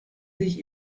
sich